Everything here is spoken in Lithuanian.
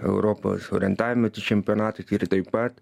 europos orientavimosi čempionatas ir taip pat